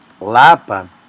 Lapa